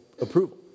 approval